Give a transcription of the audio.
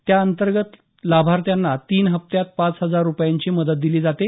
त्याअंतर्गत लाभार्थ्यांना तीन हप्त्यात पाच हजार रुपयांची मदत दिली जाते